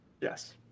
Yes